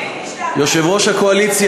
אין משטר תאגידי, יושב-ראש הקואליציה,